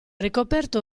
ricoperto